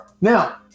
Now